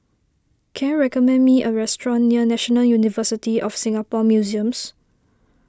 can you recommend me a restaurant near National University of Singapore Museums